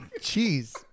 Cheese